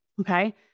Okay